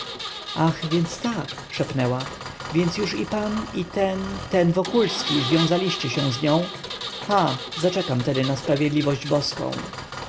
ach więc tak szepnęła więc już i pan i ten ten wokulski związaliście się z nią ha zaczekam tedy na sprawiedliwość boską